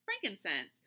Frankincense